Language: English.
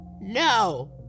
No